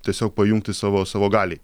tiesiog pajungti savo savo galiai